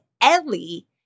Ellie